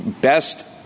best